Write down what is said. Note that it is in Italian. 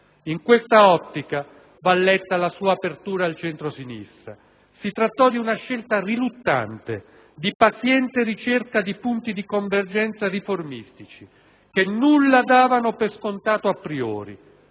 In quest'ottica va letta la sua apertura al centrosinistra. Si trattò di una scelta riluttante, di paziente ricerca di punti di convergenza riformistici, che nulla davano per scontato a priori.